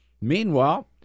Meanwhile